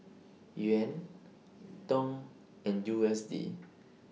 Yuan Dong and U S D